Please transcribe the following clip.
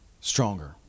stronger